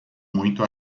muito